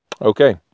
Okay